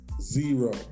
zero